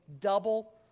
double